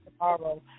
tomorrow